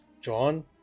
john